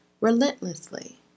relentlessly